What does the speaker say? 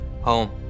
Home